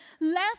Less